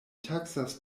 taksas